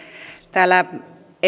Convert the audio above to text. täällä